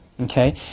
Okay